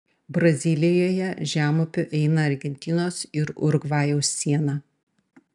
brazilijoje žemupiu eina argentinos ir urugvajaus siena